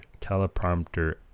teleprompter